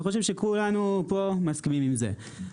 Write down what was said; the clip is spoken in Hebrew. אני חושב שכולנו פה מסכימים עם זה.